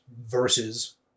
versus